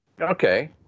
Okay